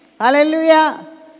hallelujah